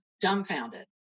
dumbfounded